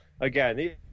Again